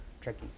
tricky